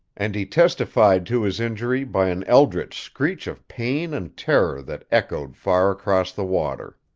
and he testified to his injury by an eldritch screech of pain and terror that echoed far across the water.